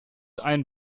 ein